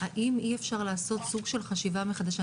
האם אי אפשר לעשות סוג של חשיבה מחדש?